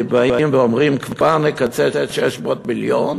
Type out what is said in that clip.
באים ואומרים: כבר נקצץ 600 מיליון